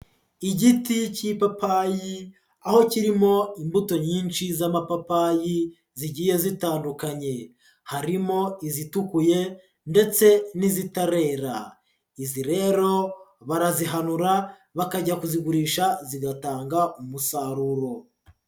Igiti k'ipapayi aho kirimo imbuto nyinshi z'amapapayi zigiye zitandukanye harimo izitukuye ndetse n'izitarera, izi rero barazihanura bakajya kuzigurisha zigatanga umusaruro.